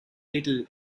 little